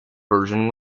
version